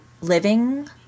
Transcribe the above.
living